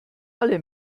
alle